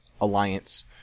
alliance